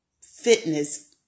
fitness